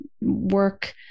work